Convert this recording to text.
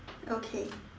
okay